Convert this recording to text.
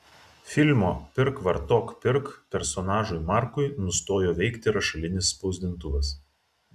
filmo pirk vartok pirk personažui markui nustojo veikti rašalinis spausdintuvas